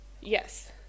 Yes